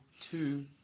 two